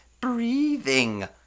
breathing